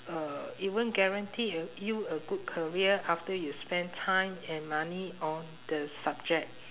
uh it won't guarantee a you a good career after you spend time and money on the subject